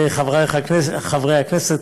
חברי חברי הכנסת,